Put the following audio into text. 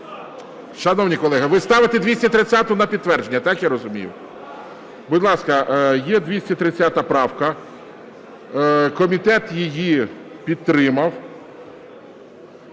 Шановні колеги, ви ставите 230-у на підтвердження, так я розумію? Будь ласка, є 230 правка. Комітет її підтримав.